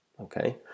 Okay